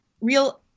real